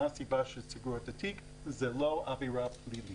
מה הסיבה שהם סגרו את התיק?